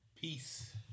Peace